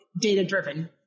data-driven